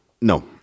no